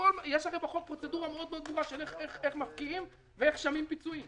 יש הרי בחוק פרוצדורה מאוד מאוד ברורה איך מפקיעים ואיך משלמים פיצויים.